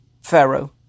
Pharaoh